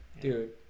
dude